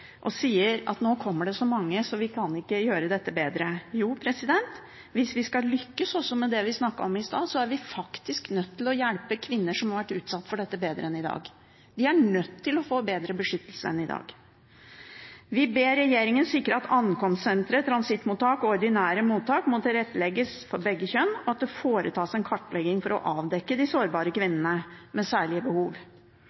og sier at nå kommer det så mange, så vi kan ikke gjøre dette bedre. Jo, hvis vi skal lykkes med det vi snakket om i stad, er vi faktisk nødt til å hjelpe kvinner som har vært utsatt for dette, bedre enn i dag. De er nødt til å få bedre beskyttelse enn i dag. Vi ber regjeringen sikre at ankomstsentre, transittmottak og ordinære mottak må tilrettelegges for begge kjønn, og at det foretas en kartlegging for å avdekke de sårbare